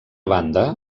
banda